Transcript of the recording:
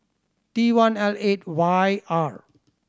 T one L eight Y R